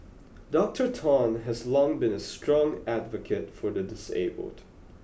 Doctor Tan has long been a strong advocate for the disabled